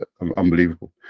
unbelievable